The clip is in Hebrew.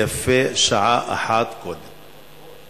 ויפה שעה אחת קודם.